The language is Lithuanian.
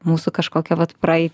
mūsų kažkokią vat praei